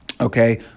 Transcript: okay